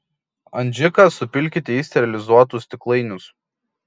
adžiką supilkite į sterilizuotus stiklainius